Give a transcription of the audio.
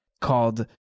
called